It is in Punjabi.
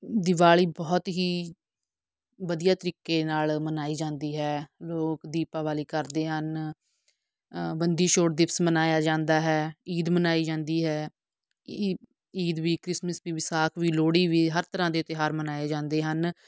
ਦੀਵਾਲੀ ਬਹੁਤ ਹੀ ਵਧੀਆ ਤਰੀਕੇ ਨਾਲ ਮਨਾਈ ਜਾਂਦੀ ਹੈ ਲੋਕ ਦੀਪਾਵਾਲੀ ਕਰਦੇ ਹਨ ਬੰਦੀ ਛੋੜ ਦਿਵਸ ਮਨਾਇਆ ਜਾਂਦਾ ਹੈ ਈਦ ਮਨਾਈ ਜਾਂਦੀ ਹੈ ਈ ਈਦ ਵੀ ਕ੍ਰਿਸਮਿਸ ਵੀ ਵਿਸਾਖ ਵੀ ਲੋਹੜੀ ਵੀ ਹਰ ਤਰ੍ਹਾਂ ਦੇ ਤਿਉਹਾਰ ਮਨਾਏ ਜਾਂਦੇ ਹਨ